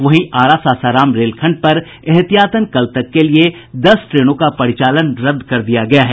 वहीं आरा सासाराम रेलखंड पर एहतियातन कल तक के लिए दस ट्रेनों का परिचालन रद्द कर दिया गया है